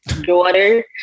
daughter